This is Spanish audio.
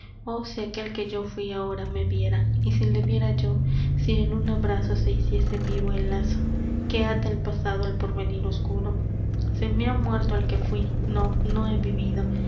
conocerme oh si aquel que yo fui ahora me viera y si le viera yo si en un abrazo se hiciese vivo el lazo que ata el pasado al porvenir oscuro se me ha muerto el que fui no no he vivido